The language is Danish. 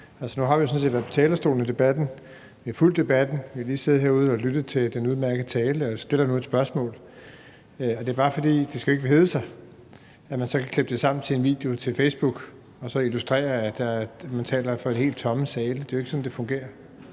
sådan set været på talerstolen i debatten, vi har fulgt debatten, og vi har lige siddet herude og lyttet til den udmærkede tale og stiller nu et spørgsmål. Det er blot for, at det ikke skal hedde sig, at man så kan klippe det sammen til en video til Facebook og så illustrere, at man taler for helt tomme sale, for det er jo ikke sådan, det fungerer.